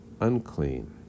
unclean